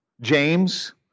James